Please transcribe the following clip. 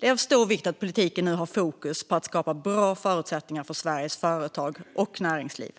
Det är av stor vikt att politiken har fokus på det som krävs för att stötta Sveriges företag och näringsliv: